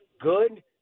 good